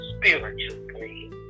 spiritually